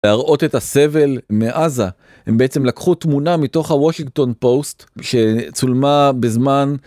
להראות את הסבל מעזה. הם בעצם לקחו תמונה מתוך הוושינגטון פוסט, שצולמה בזמן